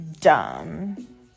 Dumb